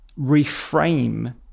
reframe